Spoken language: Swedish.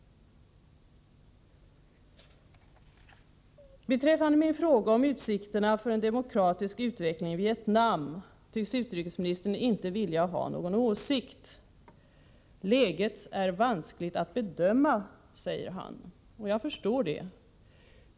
Beträffande min fråga om utsikterna för en demokratisk utveckling i Vietnam tycks utrikesministern inte vilja ha någon åsikt om. Läget är vanskligt att bedöma, säger han, och jag förstår det.